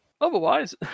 Otherwise